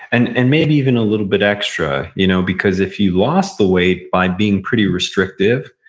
and and maybe even a little bit extra, you know because if you lost the weight by being pretty restrictive,